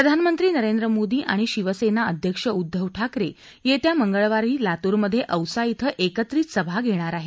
प्रधानमंत्री नरेंद्र मोदी आणि शिवसेना अध्यक्ष उद्धव ठाकरे येत्या मंगळवारी लातूरमध्ये औसा इथं एकत्रित सभा घेणार आहेत